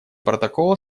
протокола